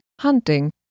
hunting